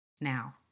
now